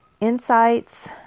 insights